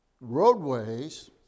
roadways